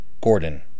Gordon